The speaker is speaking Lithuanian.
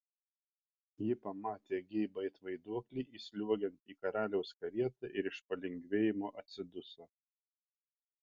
ji pamatė geibą it vaiduoklį įsliuogiant į karaliaus karietą ir iš palengvėjimo atsiduso